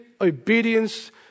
obedience